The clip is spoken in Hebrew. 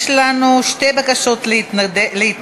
יש לנו שתי בקשות להתנגד.